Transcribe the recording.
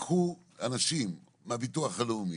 לקחו אנשים מהביטוח הלאומי,